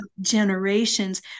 generations